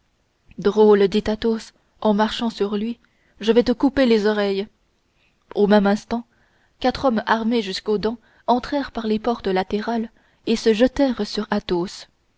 drôle dit athos en marchant sur lui je vais te couper les oreilles au même moment quatre hommes armés jusqu'aux dents entrèrent par les portes latérales et se jetèrent sur athos